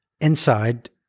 inside